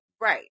Right